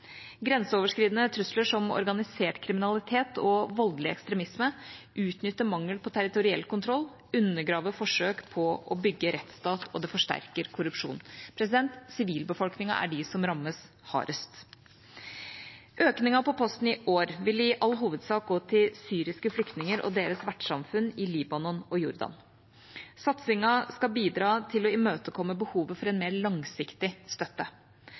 Grenseoverskridende trusler som organisert kriminalitet og voldelig ekstremisme utnytter mangelen på territoriell kontroll, undergraver forsøk på å bygge rettsstat og forsterker korrupsjon. Sivilbefolkningen rammes hardest. Økningen på posten i år vil i all hovedsak gå til syriske flyktninger og deres vertsamfunn i Libanon og Jordan. Satsingen skal bidra til å imøtekomme behovet for en mer langsiktig støtte.